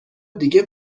دیگه